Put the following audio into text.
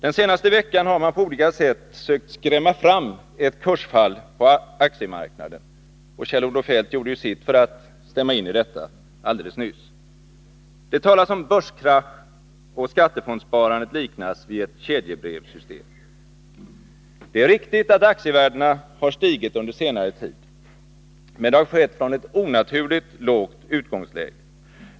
Den senaste veckan har man på olika sätt sökt skrämma fram ett kursfall på aktiemarknaden, och Kjell-Olof Feldt gjorde nyss sitt för att bidra härtill. Det talas om börskrasch, och skattefondssparandet liknas vid ett kedjebrevssystem. Det är riktigt att aktievärdena har stigit under senare tid. Men det har skett från ett onaturligt lågt utgångsläge.